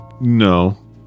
No